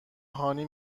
هانی